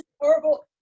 horrible